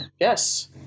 Yes